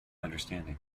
understanding